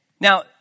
Now